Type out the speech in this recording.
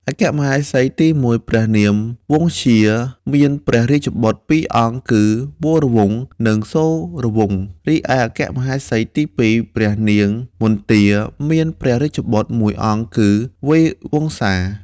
អគ្គមហេសីទី១ ព្រះនាងវង្សធ្យា មានព្រះរាជបុត្រពីរអង្គគឺ វរវង្ស និងសូរវង្ស រីឯអគ្គមហេសីទី២ ព្រះនាងមន្ទា មានព្រះរាជបុត្រមួយអង្គគឺ វៃវង្សា។។